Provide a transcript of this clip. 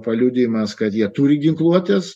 paliudijimas kad jie turi ginkluotės